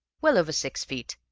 well over six feet,